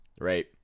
Right